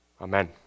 Amen